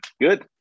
Good